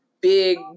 big